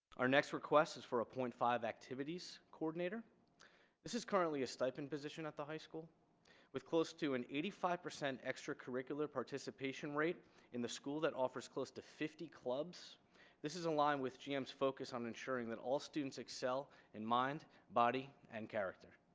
our next request is for a point five activities coordinator this is currently a stipend position at the high school with close to an eighty-five percent extracurricular participation rate in the school that offers close to fifty clubs this is a line with gm's focus on ensuring that all students excel in mind body and character